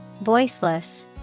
voiceless